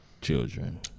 children